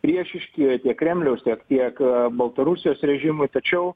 priešiški tiek kremliaus tiek tiek baltarusijos režimui tačiau